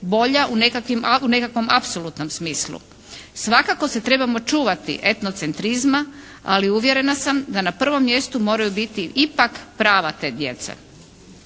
bolja u nekakvom apsolutnom smislu. Svakako se trebamo čuvati etnocentrizma ali uvjerena sam da na prvom mjestu moraju biti ipak prava te djece